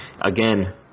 again